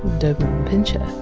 doberman pinscher.